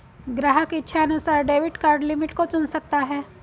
ग्राहक इच्छानुसार debit card limit को चुन सकता है